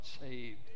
saved